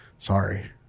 sorry